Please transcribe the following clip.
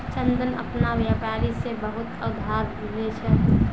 चंदन अपना व्यापारी से बहुत उधार ले छे